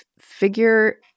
figure